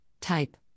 type